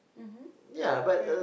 mmhmm correct